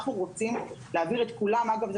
אנחנו רוצים להעביר את כולם אגב,